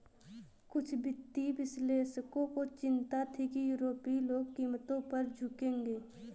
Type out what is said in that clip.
कुछ वित्तीय विश्लेषकों को चिंता थी कि यूरोपीय लोग कीमतों पर झुकेंगे